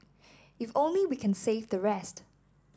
if only we can save the rest